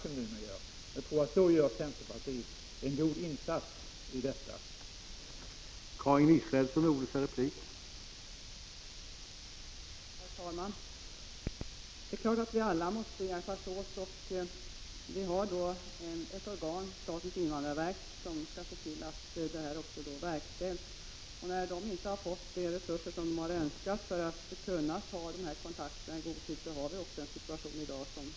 Då skulle centerpartiet göra en god insats i detta sammanhang.